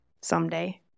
someday